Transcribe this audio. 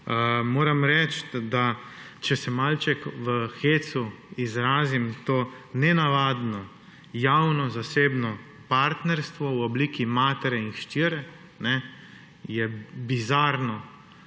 Moram reči, da če se malček v hecu izrazim, to nenavadno javno zasebno-partnerstvo v obliki matere in hčerke je bizarno